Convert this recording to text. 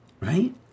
Right